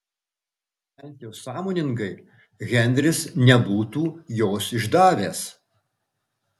bent jau sąmoningai henris nebūtų jos išdavęs